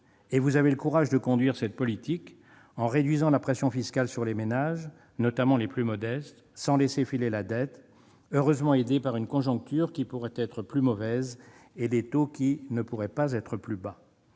et vous avez le courage de conduire cette politique en réduisant la pression fiscale sur les ménages, notamment les plus modestes, sans laisser filer la dette, heureusement aidés par une conjoncture qui pourrait être plus mauvaise et des taux qui ne pourraient pas être plus bas.